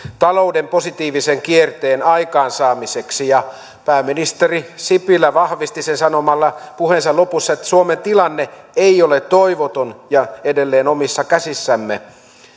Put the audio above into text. talouden positiivisen kierteen aikaansaamiseksi ja pääministeri sipilä vahvisti sen sanomalla puheensa lopussa että suomen tilanne ei ole toivoton ja on edelleen omissa käsissämme